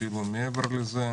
אפילו מעבר לזה.